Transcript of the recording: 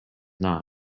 not